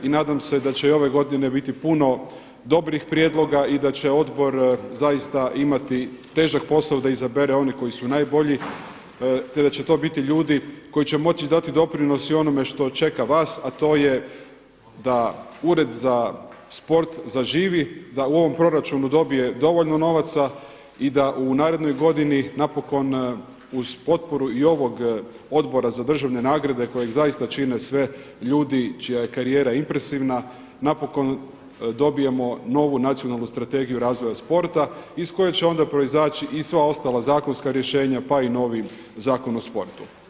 I nadam se da će i ove godine biti puno dobrih prijedloga i da će odbor zaista imati težak posao da izabere one koji su najbolji, te da će to biti ljudi koji će moći dati doprinos i onome što čeka vas, a to je da Ured za sport zaživi, da u ovom proračunu dobije dovoljno novaca i da u narednoj godini napokon uz potporu i ovog Odbora za državne nagrade kojeg zaista čine sve ljudi čija je karijera impresivna napokon dobijemo novu nacionalnu Strategiju razvoja sporta iz koje će onda proizaći i sva ostala zakonska rješenja pa i novi Zakon o sportu.